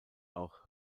auch